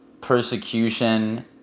persecution